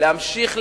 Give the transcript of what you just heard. להמשיך להתסיס,